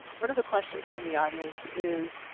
one of the questions from the audience is,